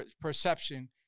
perception